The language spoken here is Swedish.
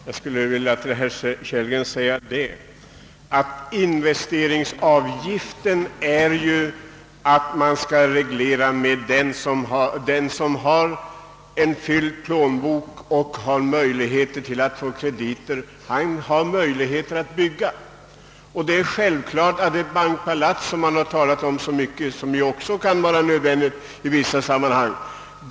Herr talman! Till herr Kellgren vill jag säga, att införandet av en investeringsavgift innebär att den som har en fylld plånbok och tillgång till krediter också har möjlighet att bygga. Det har tidigare talats om bankpalats, som också kan vara nödvändiga i vissa sammanhang.